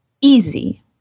easy